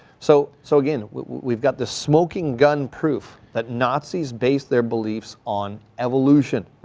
so so again we've got the smoking gun proof that nazis based their beliefs on evolution.